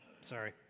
Sorry